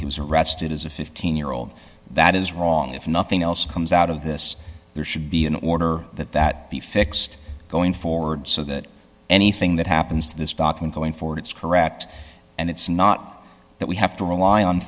he was arrested as a fifteen year old that is wrong if nothing else comes out of this there should be an order that that be fixed going forward so that anything that happens to this document going forward it's correct and it's not that we have to rely on